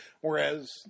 whereas